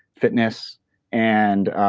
fitness and.